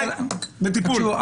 בטיפול.